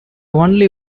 only